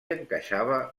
encaixava